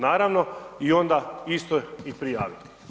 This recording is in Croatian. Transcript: Naravno i onda isto i prijaviti.